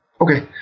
okay